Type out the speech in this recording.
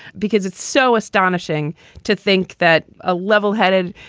because it's so astonishing to think that a levelheaded,